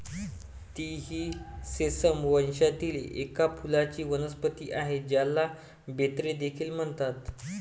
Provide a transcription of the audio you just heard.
तीळ ही सेसमम वंशातील एक फुलांची वनस्पती आहे, ज्याला बेन्ने देखील म्हणतात